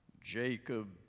Jacob